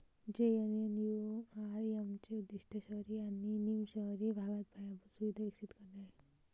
JNNURM चे उद्दीष्ट शहरी आणि निम शहरी भागात पायाभूत सुविधा विकसित करणे आहे